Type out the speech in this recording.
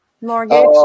mortgage